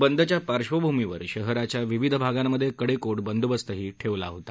बंदच्या पार्श्वभूमीवर शहराच्या विविध भागांमध्ये कडेकोट बंदोबस्तही ठेवला होता